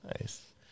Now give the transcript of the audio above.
Nice